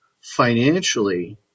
financially